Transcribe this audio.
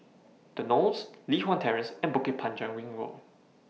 The Knolls Li Hwan Terrace and Bukit Panjang Ring Road